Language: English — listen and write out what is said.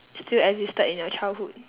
still existed in your childhood